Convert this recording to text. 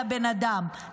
לבן אדם,